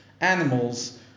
animals